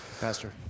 Pastor